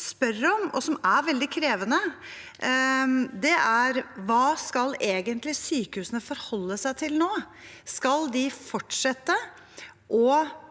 jeg spør om – og som er veldig krevende – er: Hva skal egentlig sykehusene forholde seg til nå? Skal de fortsette å